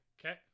Okay